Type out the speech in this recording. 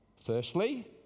Firstly